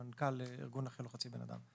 מנכ"ל ארגון "נכה לא חצי בן אדם".